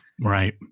Right